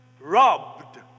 Robbed